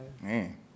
man